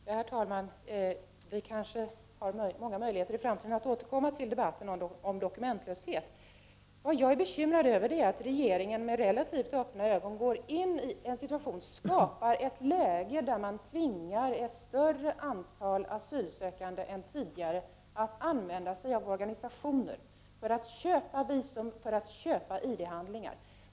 Herr talman! Vi kanske i framtiden får många möjligheter att återkomma till debatten om dokumentlöshet. Men det jag är bekymrad över är att regeringen med relativt öppna ögon skapar en situation där man tvingar ett större antal asylsökande än vad som tidigare varit fallet att använda sig av organisationer för att köpa visum och ID-handlingar.